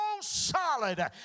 solid